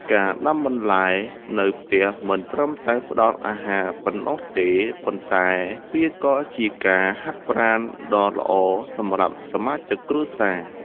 ការដាំបន្លែនៅផ្ទះមិនត្រឹមតែផ្តល់អាហារប៉ុណ្ណោះទេ ប៉ុន្តែវាក៏ជាការហាត់ប្រាណដ៏ល្អសម្រាប់សមាជិកគ្រួសារ។